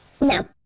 No